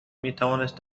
میتوانست